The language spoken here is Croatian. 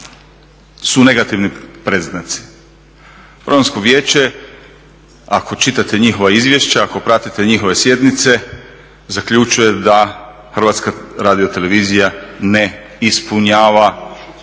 su negativni predznaci. Programsko vijeće ako čitate njihova izvješća, ako pratite njihove sjednice zaključuje da HRT ne ispunjava